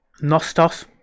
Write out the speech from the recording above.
Nostos